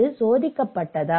அது சோதிக்கப்பட்டதா